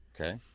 Okay